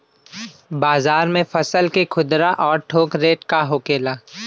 बाजार में फसल के खुदरा और थोक रेट का होखेला?